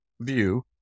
view